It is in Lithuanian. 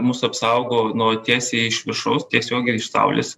mus apsaugo nuo tiesiai iš viršaus tiesiogiai iš saulės